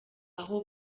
aho